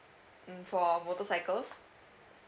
mm for motorcycles